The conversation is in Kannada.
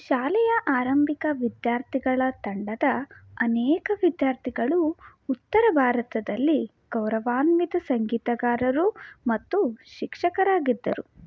ಶಾಲೆಯ ಆರಂಭಿಕ ವಿದ್ಯಾರ್ಥಿಗಳ ತಂಡದ ಅನೇಕ ವಿದ್ಯಾರ್ಥಿಗಳು ಉತ್ತರ ಭಾರತದಲ್ಲಿ ಗೌರವಾನ್ವಿತ ಸಂಗೀತಗಾರರು ಮತ್ತು ಶಿಕ್ಷಕರಾಗಿದ್ದರು